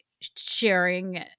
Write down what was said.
sharing